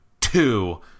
two